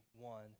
one